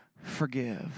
forgive